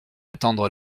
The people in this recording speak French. étendre